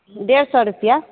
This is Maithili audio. डेढ़ सए रुपैआ